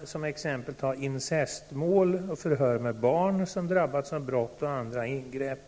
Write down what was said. Såsom exempel kan nämnas incestmål och förhör med barn som drabbats av brott och andra övergrepp.